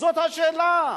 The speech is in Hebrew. זאת השאלה.